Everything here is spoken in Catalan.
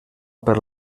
per